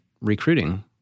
recruiting